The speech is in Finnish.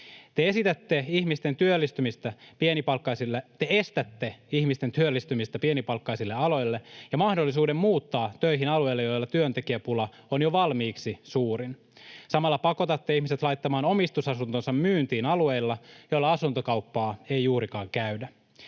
Te estätte ihmisten työllistymistä pienipalkkaisille aloille ja mahdollisuuden muuttaa töihin alueille, joilla työntekijäpula on jo valmiiksi suurin. Samalla pakotatte ihmiset laittamaan omistusasuntonsa myyntiin alueilla, joilla asuntokauppaa ei juurikaan käydä.